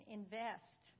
invest